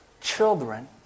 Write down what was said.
children